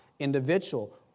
Individual